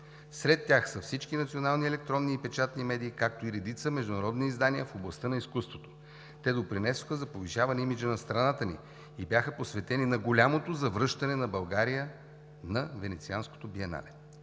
Сред тях са всички национални електронни и печатни медии, както и редица международни издания в областта на изкуството. Те допринесоха за повишаване имиджа на страната ни и бяха посветени на голямото завръщане на България на Венецианското биенале.